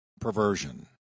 perversion